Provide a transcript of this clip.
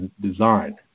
design